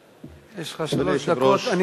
לך שלוש דקות.